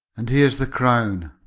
and here's the crown,